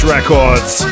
Records